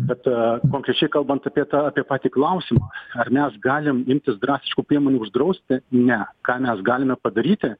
bet konkrečiai kalbant apie tą apie patį klausimą ar mes galim imtis drastiškų priemonių uždrausti ne ką mes galime padaryti